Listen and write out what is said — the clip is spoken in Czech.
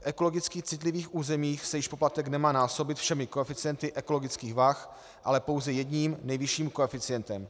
V ekologicky citlivých územích se již poplatek nemá násobit všemi koeficienty ekologických vah, ale pouze jedním nejvyšším koeficientem.